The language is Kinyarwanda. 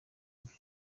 byo